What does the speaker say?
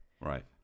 right